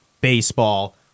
baseball